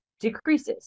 decreases